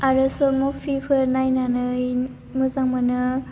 आरो सर्ट मुभिफोर नायनानै मोजां मोनो